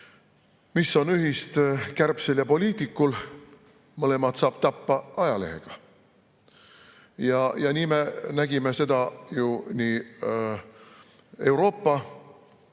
"Mis on ühist kärbsel ja poliitikul? Mõlemat saab tappa ajalehega." Me nägime seda ju Euroopa